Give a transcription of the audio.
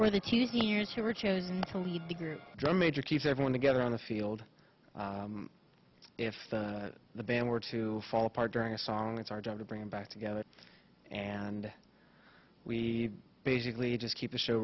were the two seniors who were chosen to lead the group drum major keep everyone together on the field if the band were to fall apart during a song it's our job to bring them back together and we basically just keep the show